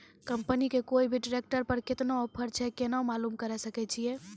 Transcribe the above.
Company के कोय भी ट्रेक्टर पर केतना ऑफर छै केना मालूम करऽ सके छियै?